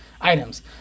items